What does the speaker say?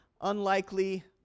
unlikely